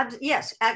Yes